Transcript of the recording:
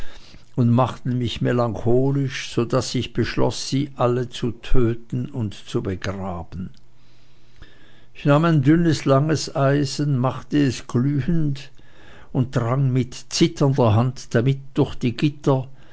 und machten mich melancholisch so daß ich beschloß sie alle zu töten und zu begraben ich nahm ein dünnes langes eisen machte es glühend und drang mit zitternder hand damit durch die gitter